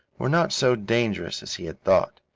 were not so dangerous as he had thought.